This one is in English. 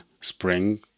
spring